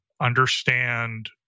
understand